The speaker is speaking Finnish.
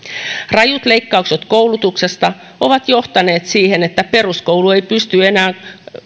rajut leikkaukset koulutuksesta ovat johtaneet siihen että peruskoulu ei pysty enää